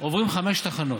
עוברים חמש תחנות,